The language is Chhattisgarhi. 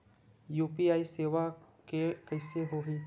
यू.पी.आई सेवा के कइसे होही?